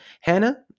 hannah